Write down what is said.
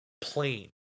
plain